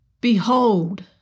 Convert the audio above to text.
Behold